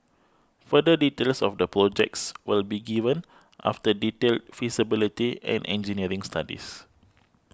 further details of the projects will be given after detailed feasibility and engineering studies